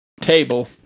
Table